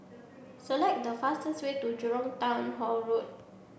select the fastest way to Jurong Town Hall Road